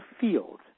field